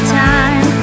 time